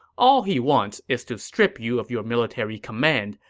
all he wants is to strip you of your military command,